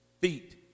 feet